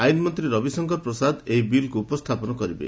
ଆଇନ୍ ମନ୍ତ୍ରୀ ରବିଶଙ୍କର ପ୍ରସାଦ ଏହି ବିଲ୍ ଉପସ୍ଥାପନ କରିବେ